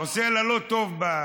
עושה לה לא טוב.